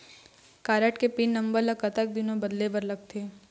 Card के PIN number ला कतक दिन म बदले बर लगथे?